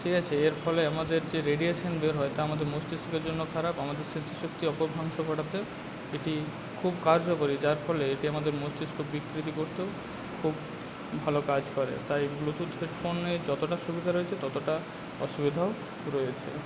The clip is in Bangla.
ঠিক আছে এর ফলে আমাদের যে রেডিয়েশান বের হয় তা আমাদের মস্তিষ্কের জন্য খারাপ আমাদের স্মৃতিশক্তি অপভ্রংশ ঘটাতে এটি খুব কার্যকরী যার ফলে এটি আমাদের মস্তিষ্ক বিকৃতি করতেও খুব ভালো কাজ করে তাই ব্লুটুথ হেডফোনের যতটা সুবিধা রয়েছে ততোটা অসুবিধাও রয়েছে